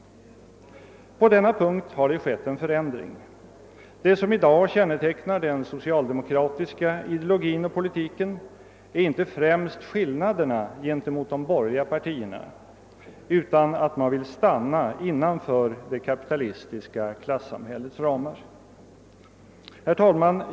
På denna punkt har det skett en förändring. Det som i dag kännetecknar den socialdemokratiska ideologin och politiken är inte främst skillnaderna gentemot de borgerliga partierna, utan att man vill stanna innanför det kapitalistiska klasssamhällets ramar.